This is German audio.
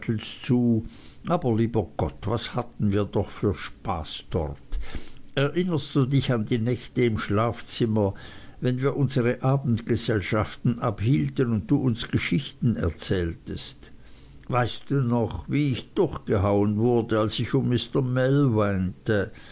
zu aber lieber gott was hatten wir doch für spaß dort erinnerst du dich an die nächte im schlafzimmer wenn wir unsre abendgesellschaften abhielten und du uns geschichten erzähltest hahaha weißt du noch wie ich durchgehauen wurde als ich um mr mell